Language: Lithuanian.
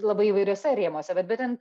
labai įvairiuose rėmuose bet bet ten